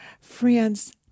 Friends